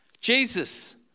Jesus